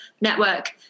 network